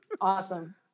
Awesome